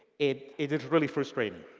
it it is really frustrating.